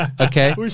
Okay